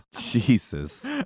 Jesus